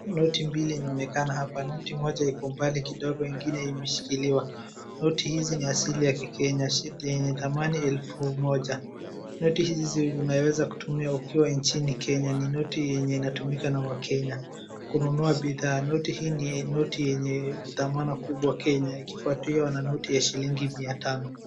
Noti mbili inaonekana hapa, noti moja iko mbali kidogo ingine imeshikiliwa noti hizi ni asili ya kikenya yenye dhamani elfu moja, noti hizi unaweza kutumia ukiwa nchini kenya, ni noti yenye inatumika na wakenya kununua bidhaa. Noti hii ni noti yenye dhamana kubwa kenya ikifuatiwa na noti ya shilingi mia tano.